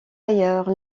ailleurs